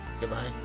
goodbye